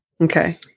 Okay